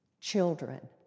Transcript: children